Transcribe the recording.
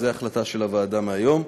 זו החלטה של הוועדה מהיום.